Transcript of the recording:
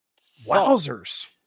Wowzers